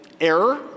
error